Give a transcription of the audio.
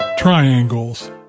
Triangles